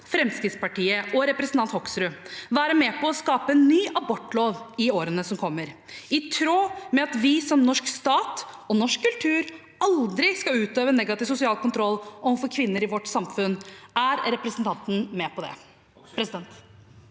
Fremskrittspartiet og representanten Hoksrud derfor være med på å lage en ny abortlov i årene som kommer, i tråd med at vi, som norsk stat og norsk kultur, aldri skal utøve negativ sosial kontroll overfor kvinner i vårt samfunn? Er representanten med på det?